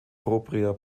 própria